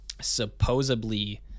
supposedly